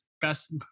best